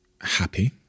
happy